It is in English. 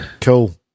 Cool